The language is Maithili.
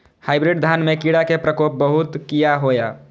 हाईब्रीड धान में कीरा के प्रकोप बहुत किया होया?